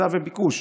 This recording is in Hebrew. היצע וביקוש,